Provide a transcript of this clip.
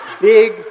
big